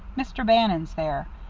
mr. bannon's there.